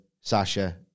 Sasha